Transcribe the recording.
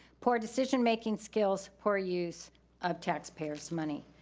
poor decision-making skills. poor use of taxpayers money.